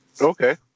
Okay